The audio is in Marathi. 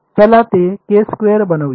चला ते बनवूया